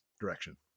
direction